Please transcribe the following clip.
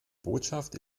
botschaft